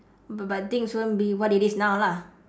but but things won't be what it is now lah